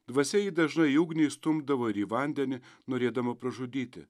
dvasia jį dažnai ugnį įstumdavo į vandenį norėdama pražudyti